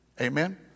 Amen